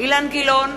אילן גילאון,